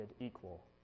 equal